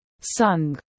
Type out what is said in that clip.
sung